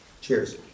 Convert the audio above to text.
Cheers